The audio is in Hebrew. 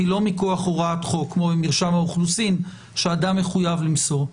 היא לא מכוח הוראת חוק כמו במרשם האוכלוסין שאדם מחויב למסור.